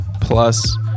plus